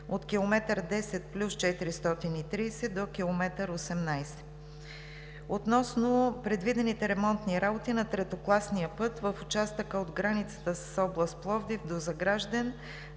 от км 10+430 до км 18+000. Относно предвидените ремонтни работи на третокласния път в участъка от границата с област Пловдив до Загражден,